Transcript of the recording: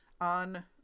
on